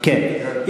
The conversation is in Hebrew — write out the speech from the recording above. כן.